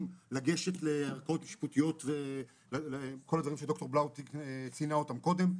לגשת לערכאות המשפטיות וכל הדברים שד"ר בלאו ציינה אותם קודם.